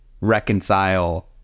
reconcile